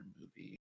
movie